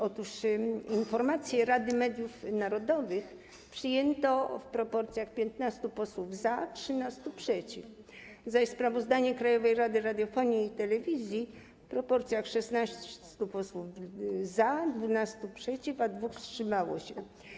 Otóż informację Rady Mediów Narodowych przyjęto w proporcji 15 posłów za, 13 - przeciw, zaś sprawozdanie Krajowej Rady Radiofonii i Telewizji w proporcji 16 posłów za, 12 - przeciw, a 2 wstrzymało się.